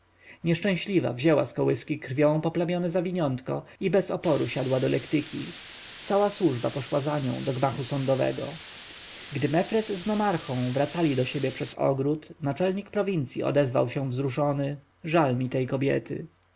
nieszczęśliwa wzięła z kołyski krwią poplamione zawiniątko i bez oporu siadła do lektyki cała służba poszła za nią do gmachu sądowego gdy mefres z nomarchą wracali do siebie przez ogród naczelnik prowincji odezwał się wzruszony żal mi tej kobiety